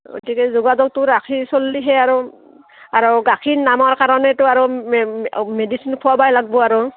গতিকে যোগাযোগটো ৰাখি চলিলেহে আৰু গাখীৰ নামৰ কাৰণেতো আৰু মেডিচিন খোৱাবাই লাগব আৰু